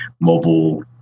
mobile